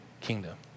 kingdom